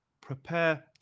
prepare